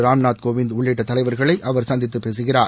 ராம்நாத் கோவிந்த் உள்ளிட்ட தலைவர்களை அவர் சந்தித்து பேசுகிறார்